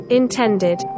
intended